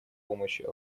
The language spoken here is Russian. помощи